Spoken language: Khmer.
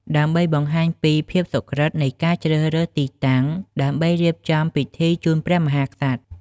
ដើម្បីបង្ហាញពីភាពសុក្រឹត នៃការជ្រើសរើសទីតាំងដើម្បីរៀបចំពិធីជូន ព្រះមហាក្សត្រ។